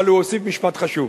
אבל הוא הוסיף משפט חשוב: